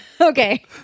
okay